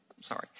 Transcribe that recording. Sorry